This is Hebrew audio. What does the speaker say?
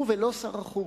הוא, ולא שר החוץ,